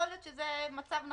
יכול להיות שזה מצב נכון,